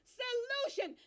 solution